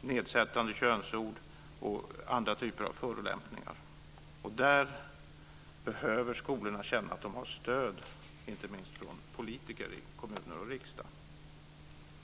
nedsättande könsord och andra typer av förolämpningar. Därvidlag behöver skolorna känna att de har stöd, inte minst från politiker i kommuner och riksdag.